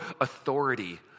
authority